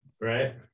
right